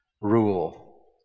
rule